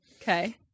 Okay